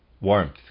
Warmth